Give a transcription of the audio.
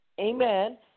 amen